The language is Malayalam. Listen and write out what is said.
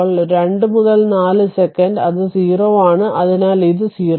അപ്പോൾ 2 മുതൽ 4 സെക്കൻഡ് അത് 0 ആണ് അതിനാൽ ഇത് 0